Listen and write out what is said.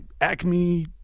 Acme